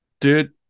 Dude